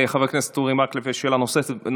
לחבר הכנסת אורי מקלב יש שאלה נוספת,